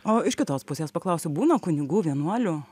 o iš kitos pusės paklausiu būna kunigų vienuolių